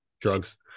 drugs